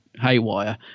haywire